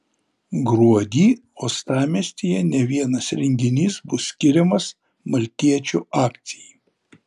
gruodį uostamiestyje ne vienas renginys bus skiriamas maltiečių akcijai